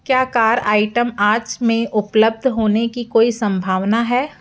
क्या कार आइटम्स आज बाद में उपलब्ध होने की कोई सम्भावना है